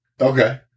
Okay